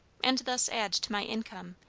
and thus add to my income,